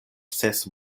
ses